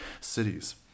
cities